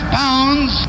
pounds